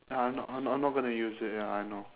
ya I'm not I'm not I'm not gonna use it ya I know